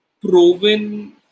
proven